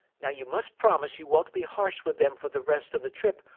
now you must promise you won't be harsh with them for the rest of the trip,